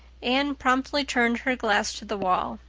anne promptly turned her glass to the wall.